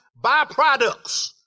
byproducts